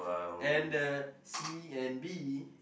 and the C and B